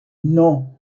non